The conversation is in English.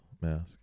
Mask